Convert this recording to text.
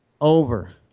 Over